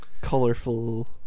colorful